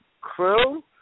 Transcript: crew